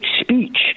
speech